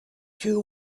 two